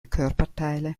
körperteile